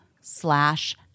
slash